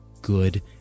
good